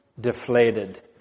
deflated